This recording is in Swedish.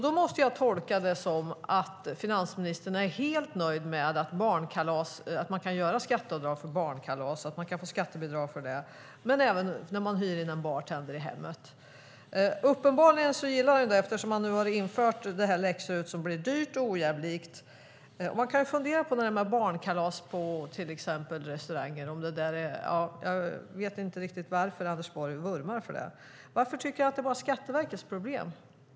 Det måste jag tolka som att finansministern är helt nöjd med att man kan göra skatteavdrag för barnkalas, att man kan få skattebidrag för det; detsamma gäller när man hyr in en bartender i hemmet. Uppenbarligen tycker finansministern att det är bra eftersom han nu har infört läx-RUT som blir dyrt och ojämlikt. Man kan fundera på hur det blir när barnkalaset till exempel hålls på en restaurang. Jag vet inte riktigt varför Anders Borg vurmar för det. Varför tycker han att det bara är Skatteverkets problem?